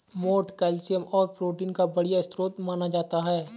मोठ कैल्शियम और प्रोटीन का बढ़िया स्रोत माना जाता है